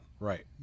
Right